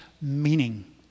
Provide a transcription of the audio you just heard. meaning